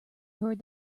heard